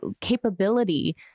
capability